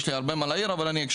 יש לי הרבה מה להעיר, אבל הקשבתי.